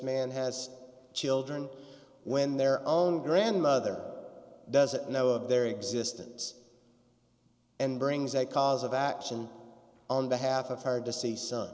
man has children when their own grandmother doesn't know of their existence and brings a cause of action on behalf of her deceased so